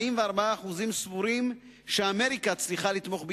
44% סבורים שאמריקה צריכה לתמוך בישראל,